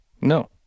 No